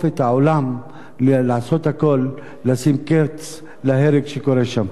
את העולם לעשות הכול לשים קץ להרג שקורה שם.